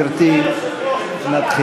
בבקשה, גברתי, נתחיל.